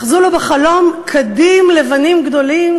אחזו לו בחלום כדים לבנים גדולים,